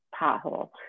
pothole